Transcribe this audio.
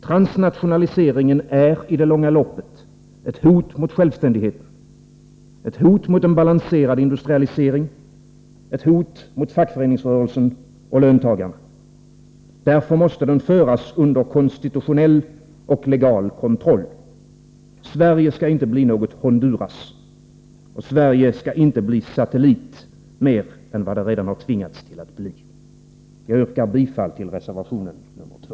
Transnationaliseringen är i det långa loppet ett hot mot självständigheten, ett hot mot en balanserad industrialisering, ett hot mot fackföreningsrörelsen och löntagarna. Därför måste den föras under konstitutionell och legal kontroll. Sverige skall inte bli något Honduras. Sverige skall inte bli en satellit mer än vad det redan tvingats bli. Jag yrkar bifall till reservation 2.